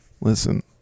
listen